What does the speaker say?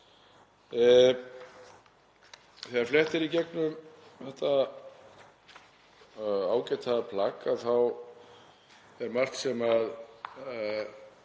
Þegar flett er í gegnum þetta ágæta plagg þá er margt sem